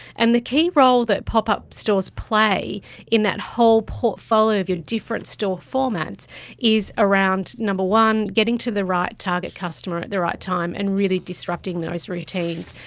and the key role that pop-up stores play in that whole portfolio of your different store formats is around, number one, getting to the right target customer at the right time and really disrupting those routines,